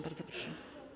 Bardzo proszę.